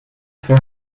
fer